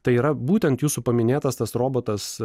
tai yra būtent jūsų paminėtas tas robotas